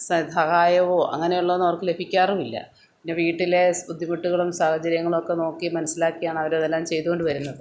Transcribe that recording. സ സഹായമോ അങ്ങനെയുള്ളതൊന്നും അവർക്ക് ലഭിക്കാറുമില്ല പിന്നെ വീട്ടിലെ ബുദ്ധിമുട്ടുകളും സാഹചര്യങ്ങളുമൊക്കെ നോക്കി മനസ്സിലാക്കിയാണ് അവരതെല്ലാം ചെയ്ത് കൊണ്ടുവരുന്നത്